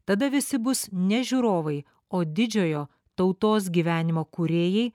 tada visi bus ne žiūrovai o didžiojo tautos gyvenimo kūrėjai